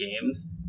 games